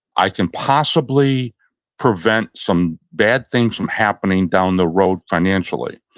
i can possibly prevent some bad things from happening down the road financially.